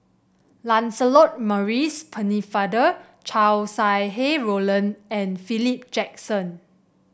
Lancelot Maurice Pennefather Chow Sau Hai Roland and Philip Jackson